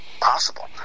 possible